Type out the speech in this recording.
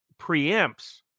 preempts